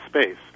space